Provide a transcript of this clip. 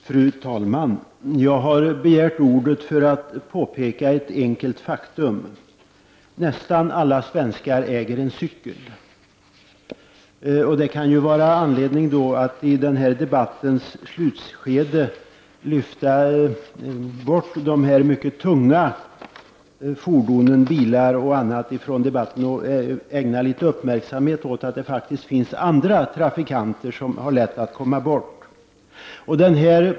Fru talman! Jag har begärt ordet för att påpeka ett enkelt faktum: Nästan alla svenskar äger en cykel. Det kan ju då vara anledning att i den här debattens slutskede lyfta blicken från bilar och andra tunga fordon och ägna litet uppmärksamhet åt att det faktiskt finns andra trafikanter, som lätt kommer bort i sammanhanget.